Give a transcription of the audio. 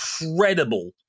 incredible